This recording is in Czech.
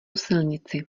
silnici